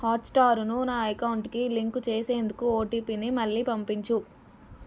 హాట్స్టారును నా అకౌంటుకి లింకు చేసేందుకు ఓటిపిని మళ్ళీ పంపించు